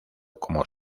como